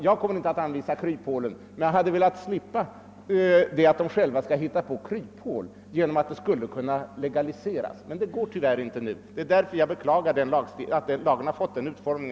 Jag kommer inte att anvisa kryphålen, men jag hade velat slippa uppleva alt de själva måste hitta på kryphål. Jag hade önskat att verksamheten legaliserats, men det går tyvärr inte nu, och jag beklagar att lagen fått denna utformning.